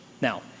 Now